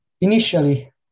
initially